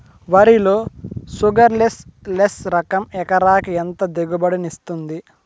వరి లో sugarless less రకం ఎకరాకి ఎంత దిగుబడినిస్తుంది